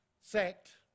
sacked